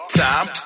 time